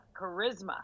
charisma